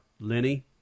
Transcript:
Lenny